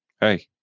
Hey